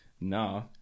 No